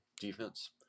defense